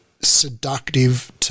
seductive